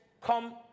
come